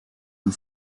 and